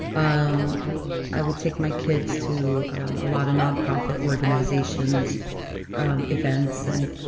um i would take my kids to a lot of nonprofit organizations um events. and,